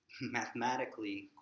mathematically